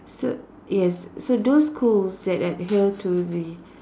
so yes so those schools that adhere to the